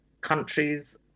countries